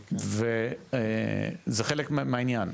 וזה חלק מהעניין,